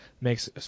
makes